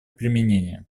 применение